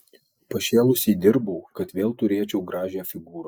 pašėlusiai dirbau kad vėl turėčiau gražią figūrą